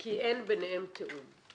כי אין ביניהם תיאום.